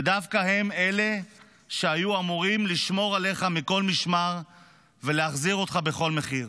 ודווקא הם אלה שהיו אמורים לשמור עליך מכל משמר ולהחזיר אותך בכל מחיר.